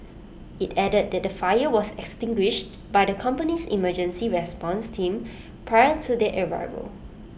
IT added that the fire was extinguished by the company's emergency response team prior to their arrival